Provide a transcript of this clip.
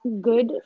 good